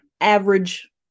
average